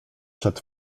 przed